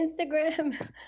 Instagram